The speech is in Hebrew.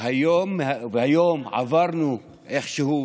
והיום עברנו איכשהו